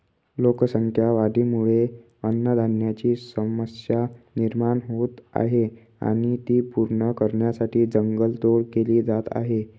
लोकसंख्या वाढीमुळे अन्नधान्याची समस्या निर्माण होत आहे आणि ती पूर्ण करण्यासाठी जंगल तोड केली जात आहे